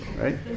right